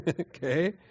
Okay